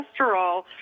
cholesterol